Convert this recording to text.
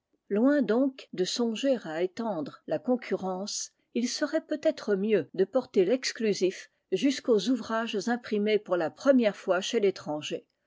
loin donc de songer à étendre la concurrence il serait peut-être mieux de porter l'exclusif jusqu'aux ouvrages imprimés pour la première fois chez l'étranger